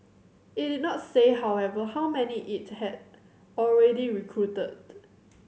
it did not say however how many it had already recruited